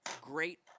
great